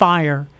Fire